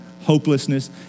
hopelessness